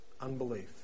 Unbelief